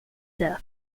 death